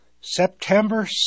September